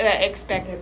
expected